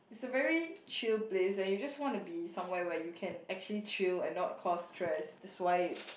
it's a very chill place and you just want to be somewhere where you can actually chill and not cause stress that's why it's